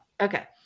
Okay